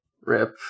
Rip